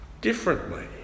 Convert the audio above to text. differently